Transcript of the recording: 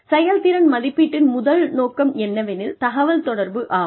செயல்திறன் மதிப்பீட்டின் முதல் நோக்கம் என்னவெனில் தகவல்தொடர்பு ஆகும்